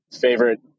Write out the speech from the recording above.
favorite